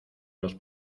los